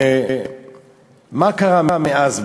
ומה קרה מאז באמת?